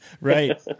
Right